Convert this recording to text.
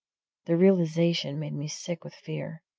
the realization made me sick with fear.